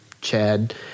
Chad